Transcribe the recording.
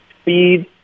speed